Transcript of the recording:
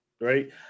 right